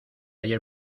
ayer